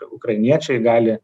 ukrainiečiai gali